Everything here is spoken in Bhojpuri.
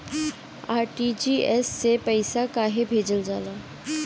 आर.टी.जी.एस से पइसा कहे भेजल जाला?